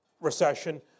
recession